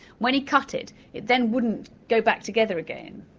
when he cut it it then wouldn't go back together again.